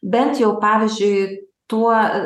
bent jau pavyzdžiui tuo